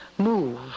move